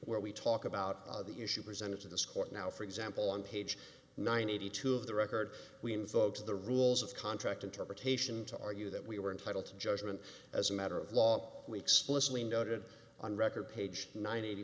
where we talk about the issue presented to this court now for example on page ninety two of the record we invoke the rules of contract interpretation to argue that we were entitled to judgment as a matter of law we explicitly noted on record page nine